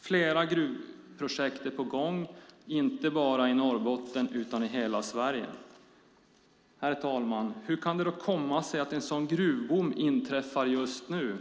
Flera gruvprojekt är på gång, inte bara i Norrbotten utan i hela Sverige. Herr talman! Hur kan det då komma sig att en sådan gruvboom inträffar just nu?